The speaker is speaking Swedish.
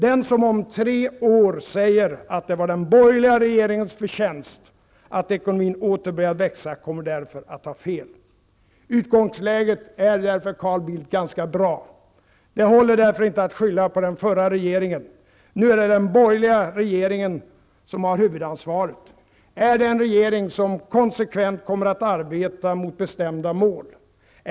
- Den som om tre år säger att det var den borgerliga regeringens förtjänst att ekonomin åter började växa kommer därför att ha fel.'' Utgångsläget är därför, Carl Bildt, ganska bra. Det håller inte att skylla på den förra regeringen. Nu är det den borgerliga fyrpartiregeringen som har huvudansvaret. Är det en regering som kommer att arbeta konsekvent mot bestämda mål?